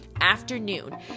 afternoon